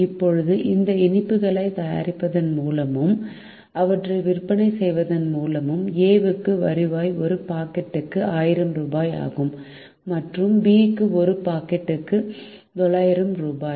இப்போது இந்த இனிப்புகளை தயாரிப்பதன் மூலமும் அவற்றை விற்பனை செய்வதன் மூலமும் A க்கு வருவாய் ஒரு பாக்கெட்டுக்கு 1000 ரூபாய் ஆகும் மற்றும் B ஒரு பாக்கெட்டுக்கு 900 ரூபாய்